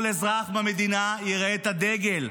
כל אזרח במדינה יראה את הדגל.